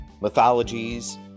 mythologies